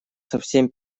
совсем